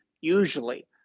usually